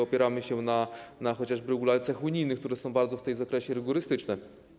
Opieramy się chociażby na regulacjach unijnych, które są bardzo w tym zakresie rygorystyczne.